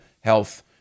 health